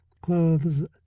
clothes